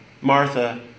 Martha